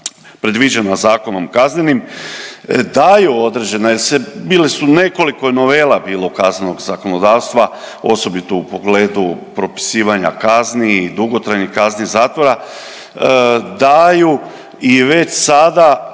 predviđena Zakonom o kaznenim daju određen …/Govornik se ne razumije./… bili su nekoliko je novela bilo kaznenog zakonodavstva osobito u pogledu propisivanja kazni i dugotrajnih kazni zatvora, daju i već sada